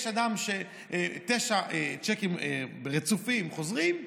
יש אדם שתשעה צ'קים רצופים שלו חוזרים,